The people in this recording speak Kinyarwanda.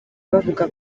bavuga